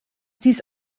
dies